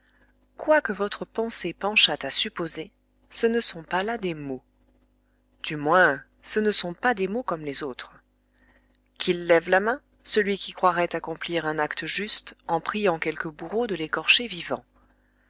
quoi que votre pensée penchât à supposer ce ne sont pas là des mots du moins ce ne sont pas des mots comme les autres qu'il lève la main celui qui croirait accomplir un acte juste en priant quelque bourreau de l'écorcher vivant